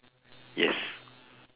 yes